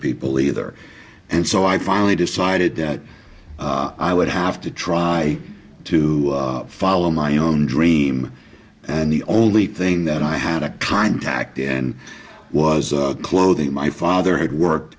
people either and so i finally decided that i would have to try to follow my own dream and the only thing that i had a contact in was clothing my father had worked